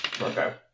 Okay